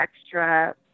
extra